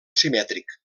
simètric